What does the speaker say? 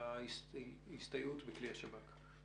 ההסתייעות בכלי השב"כ?